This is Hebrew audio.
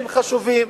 שהם חשובים,